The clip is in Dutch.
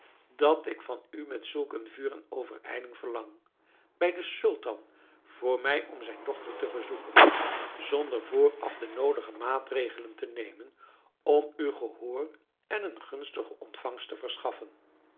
dat ik van u met zulk een vuur en overijling verlang bij den sultan voor mij om zijn dochter te verzoeken zonder vooraf de noodige maatregelen te nemen om u gehoor en een gunstige ontvangst te verschaffen